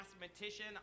mathematician